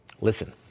Listen